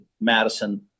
Madison